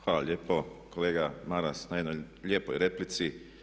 Hvala lijepo kolega Maras na jednoj lijepoj replici.